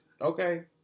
okay